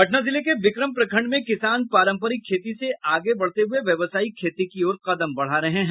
पटना जिले के विक्रम प्रखंड में किसान पारंपरिक खेती से आगे बढते हुए व्यावसायिक खेती की ओर कदम बढा रहे हैं